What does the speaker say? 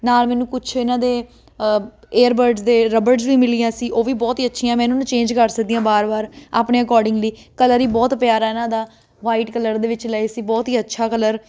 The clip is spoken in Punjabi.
ਨਾਲ ਮੈਨੂੰ ਕੁਛ ਇਹਨਾਂ ਦੇ ਏਅਰਬਰਡਸ ਦੇ ਰਬੜਸ ਵੀ ਮਿਲੀਆਂ ਸੀ ਉਹ ਵੀ ਬਹੁਤ ਹੀ ਅੱਛੀਆਂ ਮੈਂ ਇਹਨਾਂ ਨੂੰ ਚੇਂਜ ਕਰ ਸਕਦੀ ਹਾਂ ਵਾਰ ਵਾਰ ਆਪਣੇ ਅਕੋਰਡਿੰਗਲੀ ਕਲਰ ਵੀ ਬਹੁਤ ਪਿਆਰਾ ਇਹਨਾਂ ਦਾ ਵਾਈਟ ਕਲਰ ਦੇ ਵਿੱਚ ਲਏ ਸੀ ਬਹੁਤ ਹੀ ਅੱਛਾ ਕਲਰ